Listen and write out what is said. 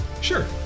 Sure